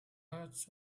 hearts